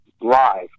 live